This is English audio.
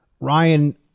Ryan